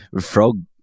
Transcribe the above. frog